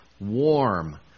warm